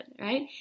right